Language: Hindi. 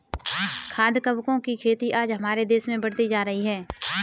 खाद्य कवकों की खेती आज हमारे देश में बढ़ती जा रही है